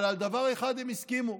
אבל על דבר אחד הם הסכימו: